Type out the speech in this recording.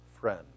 friend